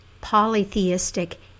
polytheistic